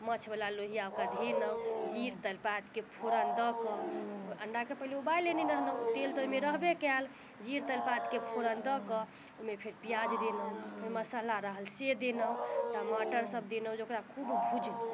माछ बला लोहिआ ओकरा धयलहुँ जीर तैजपातके फोरन दऽ कऽ ओ अंडाके पहिले उबालि लेने रहलहुँ ओ तेल तऽ ओहिमे रहबे कयल जीर तैजपातके फोरन दऽ कऽ ओहिमे फेर पियाज देलहुँ फेर मसाला रहल से देलहुँ टमाटर सब देलहुँ जे ओकरा खूब भुजलहुँ